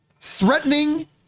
threatening